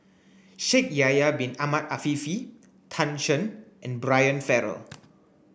Shaikh Yahya bin Ahmed Afifi Tan Shen and Brian Farrell